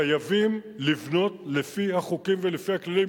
חייבים לבנות לפי החוקים ולפי הכללים.